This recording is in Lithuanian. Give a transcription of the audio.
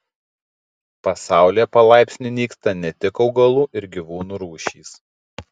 pasaulyje palaipsniui nyksta ne tik augalų ir gyvūnų rūšys